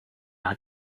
hat